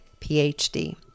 PhD